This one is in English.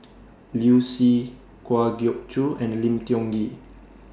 Liu Si Kwa Geok Choo and Lim Tiong Ghee